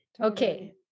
Okay